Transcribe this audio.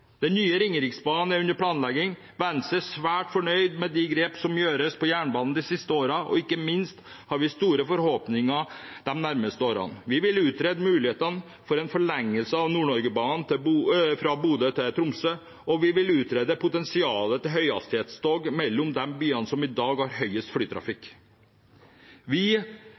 Den nye Ringeriksbanen er under planlegging. Venstre er svært fornøyd med de grep som har blitt gjort på jernbanen de siste årene, og ikke minst har vi store forhåpninger til de nærmeste årene. Vi vil utrede mulighetene for en forlengelse av Nord-Norgebanen fra Bodø til Tromsø og utrede potensialet for høyhastighetstog mellom de byene som i dag har høyest flytrafikk. Vi